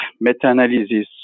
meta-analysis